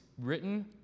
written